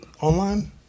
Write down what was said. online